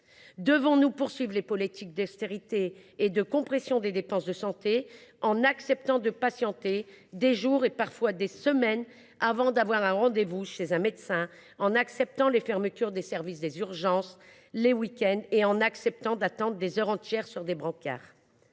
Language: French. Devons nous poursuivre les politiques d’austérité et de compression des dépenses de santé, en acceptant de patienter des jours, parfois des semaines, avant d’obtenir un rendez vous chez un médecin, en acceptant des fermetures de services d’urgence les week ends, en acceptant d’y attendre des heures entières sur des brancards ?